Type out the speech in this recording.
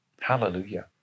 hallelujah